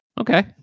okay